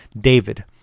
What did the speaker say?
David